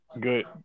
good